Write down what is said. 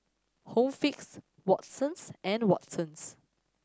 Home Fix Watsons and Watsons